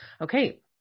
okay